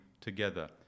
together